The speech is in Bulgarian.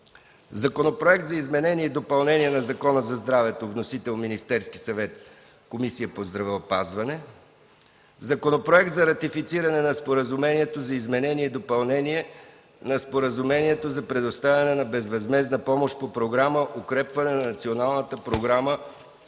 Законопроект за изменение и допълнение на Закона за здравето. Вносител – Министерският съвет. Водеща е Комисията по здравеопазването. - Законопроект за ратифициране на Споразумението за изменение и допълнение на Споразумението за предоставяне на безвъзмездна помощ по Програма „Укрепване на Националната програма